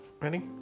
Ready